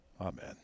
Amen